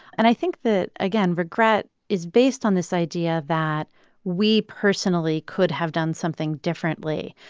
and i think that, again, regret is based on this idea that we personally could have done something differently.